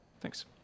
Thanks